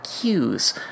cues